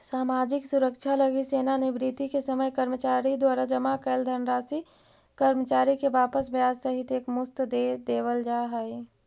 सामाजिक सुरक्षा लगी सेवानिवृत्ति के समय कर्मचारी द्वारा जमा कैल धनराशि कर्मचारी के वापस ब्याज सहित एक मुश्त दे देवल जाहई